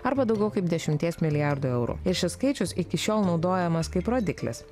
arba daugiau kaip dešimties milijardų eurų ir šis skaičius iki šiol naudojamas kaip rodiklis